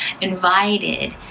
invited